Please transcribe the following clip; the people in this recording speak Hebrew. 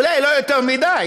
אולי לא יותר מדי,